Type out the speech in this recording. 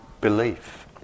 belief